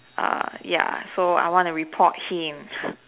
ah ya so I wanna report him